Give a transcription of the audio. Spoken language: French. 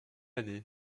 année